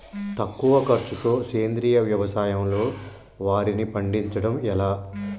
తక్కువ ఖర్చుతో సేంద్రీయ వ్యవసాయంలో వారిని పండించడం ఎలా?